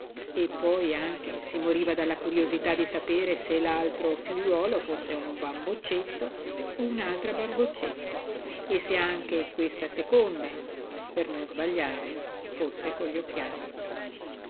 e poi anche si moriva dalla curiosità di sapere se l'altro figliuolo fosse un bamboccetto o un'altra bamboccetta e se anche questa seconda per non sbagliare fosse con gli occhiali